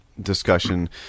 discussion